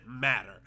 matter